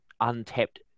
untapped